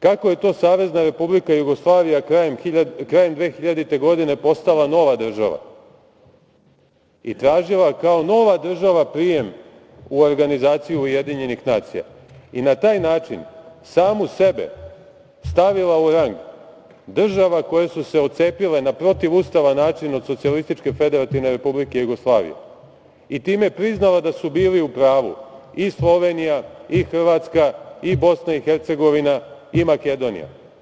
kako je to Savezna Republika Jugoslavija krajem 2000. godine postala nova država i tražila kao nova država prijem u organizaciju UN i na taj način samu sebe stavila u rang država koje su se otcepile na protivustavan način od Socijalističke Federativne Republike Jugoslavije i time priznala da su bili u pravu i Slovenija i Hrvatska i Bosna i Hercegovina i Makedonija.